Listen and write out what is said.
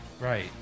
Right